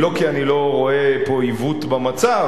לא כי אני לא רואה פה עיוות במצב